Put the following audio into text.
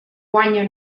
guanya